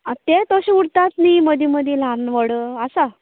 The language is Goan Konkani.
तें तशें उरतात न्ही मदीं मदीं ल्हान व्हड आसा